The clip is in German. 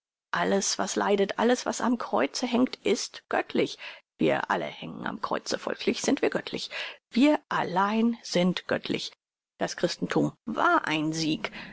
alles was leidet alles was am kreuze hängt ist göttlich wir alle hängen am kreuze folglich sind wir göttlich wir allein sind göttlich das christenthum war ein sieg